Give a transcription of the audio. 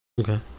Okay